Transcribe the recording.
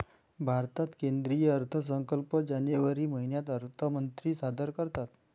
भारतात केंद्रीय अर्थसंकल्प जानेवारी महिन्यात अर्थमंत्री सादर करतात